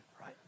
right